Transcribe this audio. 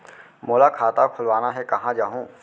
मोला खाता खोलवाना हे, कहाँ जाहूँ?